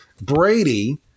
Brady